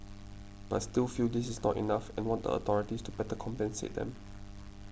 but still feel this is not enough and want a authorities to better compensate them